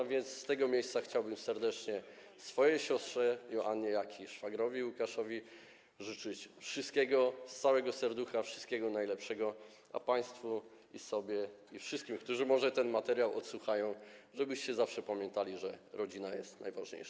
A więc z tego miejsca chciałbym serdecznie swojej siostrze Joannie, jak i szwagrowi Łukaszowi życzyć z całego serducha wszystkiego najlepszego, a państwu i sobie, i wszystkim, którzy może ten materiał odsłuchają, żebyście zawsze pamiętali, że rodzina jest najważniejsza.